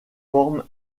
forme